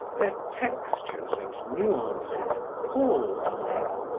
their textures and nuances palled on him.